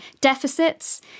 deficits